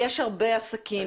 יש הרבה עסקים,